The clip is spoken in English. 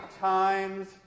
times